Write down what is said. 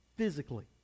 physically